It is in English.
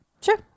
Sure